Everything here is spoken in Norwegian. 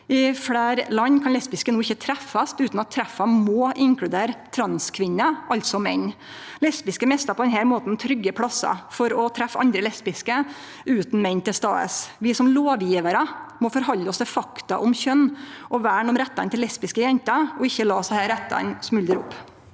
I fleire land kan lesbiske no ikkje treffast utan at treffa må inkludere transkvinner, altså menn. Lesbiske mistar på denne måten trygge plassar for å treffe andre lesbiske utan menn til stades. Vi som lovgjevarar må forhalde oss til fakta om kjønn og verne om rettane til lesbiske jenter, og ikkje la desse rettane smuldre opp.